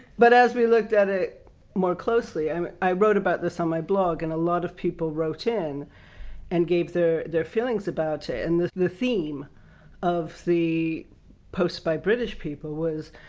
but as we looked at it more closely i wrote about this on my blog, and a lot of people wrote in and gave their their feelings about it, and the the theme of the posts by british people was!